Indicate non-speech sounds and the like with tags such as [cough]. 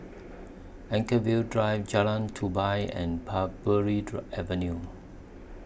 Anchorvale Drive Jalan Tupai and Parbury [unintelligible] Avenue